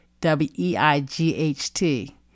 W-E-I-G-H-T